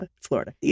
Florida